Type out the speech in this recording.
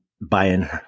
buying